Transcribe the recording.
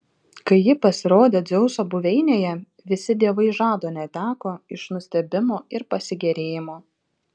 kai ji pasirodė dzeuso buveinėje visi dievai žado neteko iš nustebimo ir pasigėrėjimo